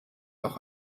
auch